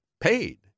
paid